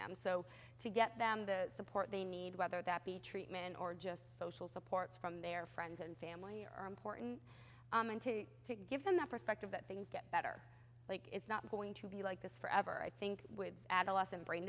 them so to get them the support they need whether that be treatment or just social support from their friends and family are important to give them that perspective that things get better like it's not going to be like this forever i think with adolescent brain